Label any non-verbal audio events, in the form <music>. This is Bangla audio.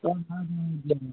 <unintelligible>